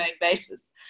basis